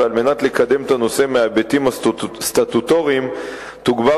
ועל מנת לקדם את הנושאים מההיבטים הסטטוטוריים תוגבר